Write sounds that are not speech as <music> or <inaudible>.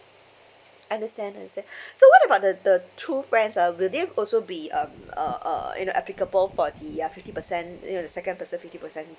understand understand <breath> so what about the the two friends uh will they also be um uh uh you know applicable for the uh fifty percent you know the second person fifty percent